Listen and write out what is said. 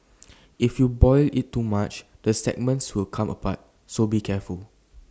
if you boil IT too much the segments will come apart so be careful